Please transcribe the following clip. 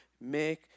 make